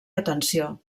atenció